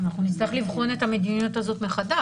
אנחנו נצטרך לבחון את המדיניות הזאת מחדש.